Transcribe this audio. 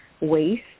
waste